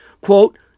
quote